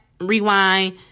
rewind